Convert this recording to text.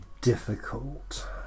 difficult